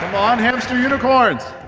on, hamster unicorns!